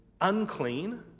unclean